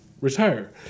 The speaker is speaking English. retire